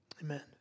Amen